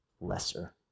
lesser